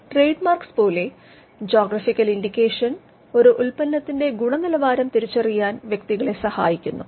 trademarks പോലെ geographical indication ഒരു ഉല്പന്നത്തിന്റെ ഗുണനിലവാരം തിരിച്ചറിയാൻ വ്യക്തികളെ സഹായിക്കുന്നു